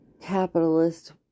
Capitalist